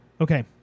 Okay